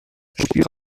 spiel